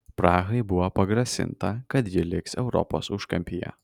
prahai buvo pagrasinta kad ji liks europos užkampyje